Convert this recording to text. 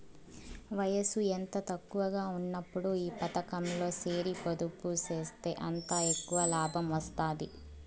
వయసు ఎంత తక్కువగా ఉన్నప్పుడు ఈ పతకంలో సేరి పొదుపు సేస్తే అంత ఎక్కవ లాబం వస్తాది